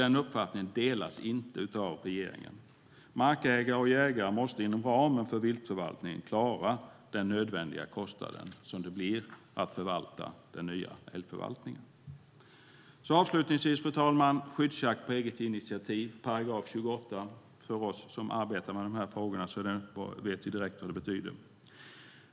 Den uppfattningen delas inte av regeringen. Markägare och jägare måste inom ramen för viltförvaltningen klara den nödvändiga kostnaden för den nya älgförvaltningen. Avslutningsvis, fru talman, gäller det skyddsjakt på eget initiativ, § 28. Vi som arbetar med de här frågorna vet direkt vad det betyder.